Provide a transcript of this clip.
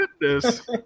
goodness